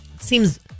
Seems